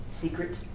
secret